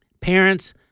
Parents